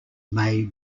may